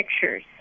pictures